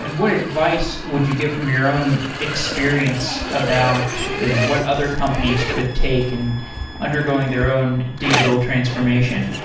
and what advice would you give from your own experience about in what other companies could take and undergoing their own digital transformation?